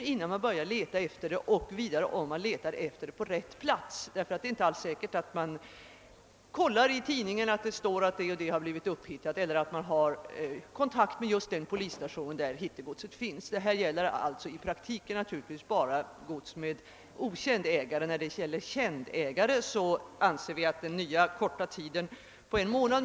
I propositionen föreslås att tiderna förkortas till tre månader resp. en månad.